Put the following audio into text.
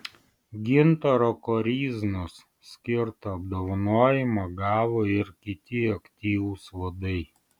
gintaro koryznos skirtą apdovanojimą gavo ir kiti aktyvūs vadai